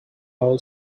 all